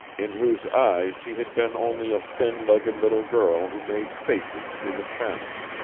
in whose eyes she had been only a thin-legged little girl who made faces through the fence.